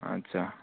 ꯑꯠꯁꯥ